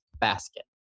basket